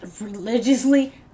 religiously